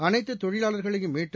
அனைத்து தொழிலாளர்களையும் மீட்டு